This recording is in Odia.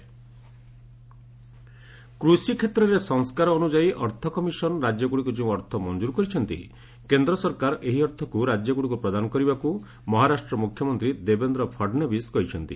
ସେଣ୍ଟର ପ୍ୟାନେଲ୍ କୃଷିକ୍ଷେତ୍ରରେ ସଂସ୍କାର ଅନୁଯାୟୀ ଅର୍ଥ କମିଶନ୍ ରାଜ୍ୟଗୁଡ଼ିକୁ ଯେଉଁ ଅର୍ଥ ମଞ୍ଜର କରିଛନ୍ତି କେନ୍ଦ୍ର ସରକାର ଏହି ଅର୍ଥକ୍ ରାଜ୍ୟଗ୍ରଡ଼ିକ୍ ପ୍ରଦାନ କରିବାକୁ ମହାରାଷ୍ଟ୍ର ମୁଖ୍ୟମନ୍ତ୍ରୀ ଦେବେନ୍ଦ୍ର ଫଡ଼୍ନବୀଶ କହିଛନ୍ତି